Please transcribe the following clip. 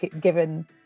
given